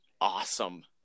awesome